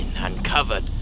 uncovered